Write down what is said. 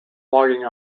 logging